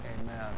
amen